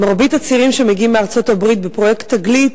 מרבית הצעירים שמגיעים מארצות-הברית בפרויקט "תגלית"